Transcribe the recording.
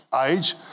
age